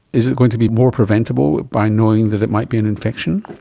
is it going to be more preventable by knowing that it might be an infection?